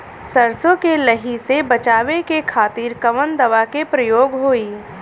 सरसो के लही से बचावे के खातिर कवन दवा के प्रयोग होई?